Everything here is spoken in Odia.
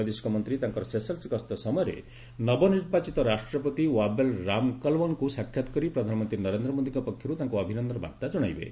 ବୈଦେଶିକ ମନ୍ତ୍ରୀ ତାଙ୍କର ସେସେଲ୍ ଗସ୍ତ ସମୟରେ ନବନିର୍ବାଚିତ ରାଷ୍ଟ୍ରପତି ୱାବେଲ୍ ରାମକଲାୱାନ୍ଙ୍କୁ ସାକ୍ଷାତ୍ କରି ପ୍ରଧାନମନ୍ତ୍ରୀ ନରେନ୍ଦ୍ର ମୋଦିଙ୍କ ପକ୍ଷର୍ତ ତାଙ୍କ ଅଭିନନ୍ଦନ ବାର୍ତ୍ତା ଜଣାଇବେ